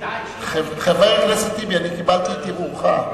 חבר הכנסת טיבי, אני קיבלתי את ערעורך.